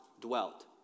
Dwelt